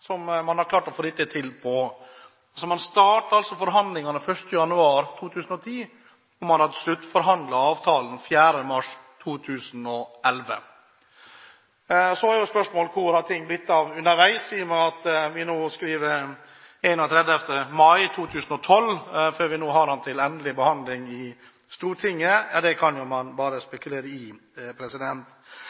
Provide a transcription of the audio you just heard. tiden man har klart å få dette til på. Man startet forhandlingene 1. januar 2010, og man hadde sluttforhandlet avtalen 4. mars 2011. Så er spørsmålet: Hvor har ting blitt av underveis, i og med at vi nå skriver 31. mai 2012 før vi har den til endelig behandling i Stortinget? Det kan man jo bare spekulere i.